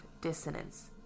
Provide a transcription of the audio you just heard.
dissonance